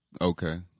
Okay